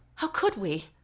how could we?